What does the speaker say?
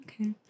okay